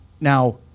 Now